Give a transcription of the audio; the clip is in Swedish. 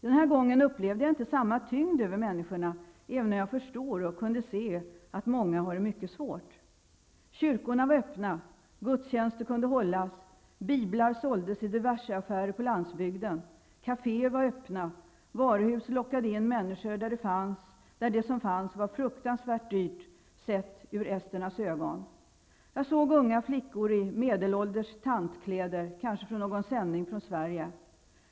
Den här gången upplevde jag inte samma tyngd över människorna, även om jag förstår och kunde se att många har det mycket svårt. Kyrkorna var öppna, gudstjänster kunde hållas, biblar såldes i diverseaffärer på landsbygden, kaféer var öppna, varuhus lockade in människor, även om det som där fanns var fruktansvärt dyrt i esternas ögon. Jag såg unga flickor i kläder för medelålders tanter, kanske från någon sändning från Sverige.